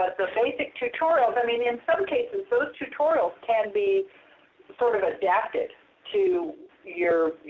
ah so so basic tutorials, i mean in some cases those tutorials can be sort of adapted to your